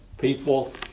People